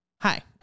hi